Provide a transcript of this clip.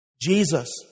Jesus